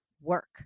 work